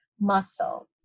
muscle